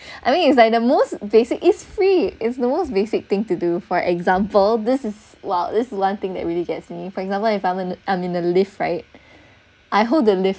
I mean it's like the most basic it's free it's the most basic thing to do for example this is while this is one thing that really gets me for example if I'm I'm in the lift right I hold the lift